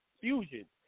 fusion